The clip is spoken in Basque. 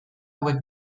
hauek